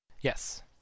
Yes